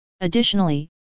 Additionally